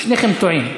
שניכם טועים.